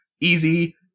easy